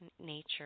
nature